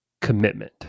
commitment